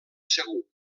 segur